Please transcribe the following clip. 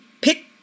Pick